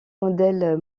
modèles